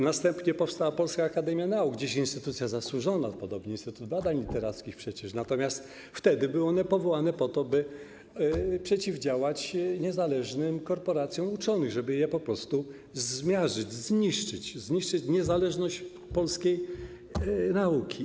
Następnie powstała Polska Akademia Nauk, dziś instytucja zasłużona, podobnie Instytut Badań Literackich przecież, natomiast wtedy były one powołane po to, by przeciwdziałać niezależnym korporacjom uczonych, żeby je po prostu zmiażdżyć, zniszczyć, zniszczyć niezależność polskiej nauki.